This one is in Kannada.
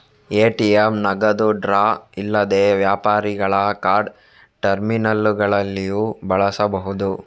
ಎ.ಟಿ.ಎಂ ನಗದು ಡ್ರಾಯರ್ ಇಲ್ಲದೆ ವ್ಯಾಪಾರಿಗಳ ಕಾರ್ಡ್ ಟರ್ಮಿನಲ್ಲುಗಳಲ್ಲಿಯೂ ಬಳಸಬಹುದು